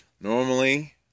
Normally